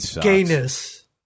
gayness